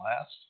last